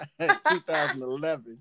2011